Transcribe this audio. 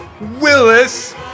Willis